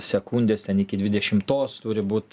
sekundės ten iki dvidešimtos turi būt